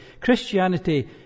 Christianity